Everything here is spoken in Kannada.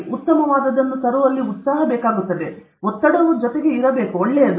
ನಮ್ಮಲ್ಲಿ ಉತ್ತಮವಾದದ್ದನ್ನು ತರುವಲ್ಲಿ ಉತ್ಸಾಹವು ಬೇಕಾಗುತ್ತದೆ ಜೊತೆಗೆ ಒತ್ತಡವು ಒಳ್ಳೆಯದು